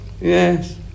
yes